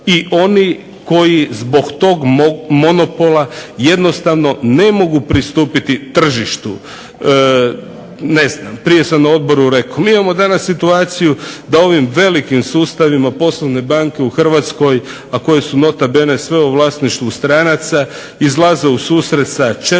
i oni koji zbog tog monopola jednostavno ne mogu pristupiti tržištu? Ne znam, prije sam na odboru rekao, mi danas imamo situaciju da ovim velikim sustavim poslovne banke u Hrvatskoj a koje su nota bene sve u vlasništvu stranaca, izlaze u susret sa 4,